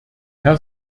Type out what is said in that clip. herr